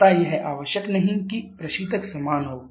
अतः यह आवश्यक नहीं कि प्रशीतक समान हो